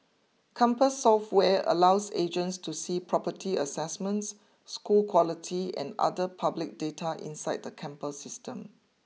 compass software allows agents to see property assessments school quality and other public data inside the campus system